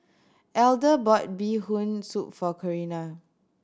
Elder bought Bee Hoon Soup for Carina